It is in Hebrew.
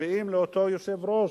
מצביעים לאותו יושב-ראש,